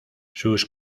sus